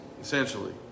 essentially